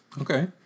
Okay